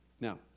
Now